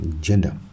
gender